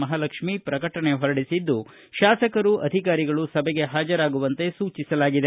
ಮಹಾಲಕ್ಷ್ಮೀ ಪ್ರಕಟಣೆ ಹೊರಡಿಸಿದ್ದು ಶಾಸಕರು ಅಧಿಕಾರಿಗಳು ಸಭೆಗೆ ಹಾಜರಾಗುವಂತೆ ಸೂಚಿಸಲಾಗಿದೆ